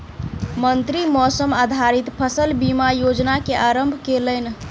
मंत्री मौसम आधारित फसल बीमा योजना के आरम्भ केलैन